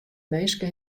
minske